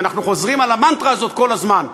ואנחנו חוזרים על המנטרה הזאת כל הזמן.